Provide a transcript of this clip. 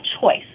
choice